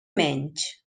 menys